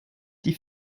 die